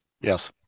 Yes